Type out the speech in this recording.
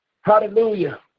Hallelujah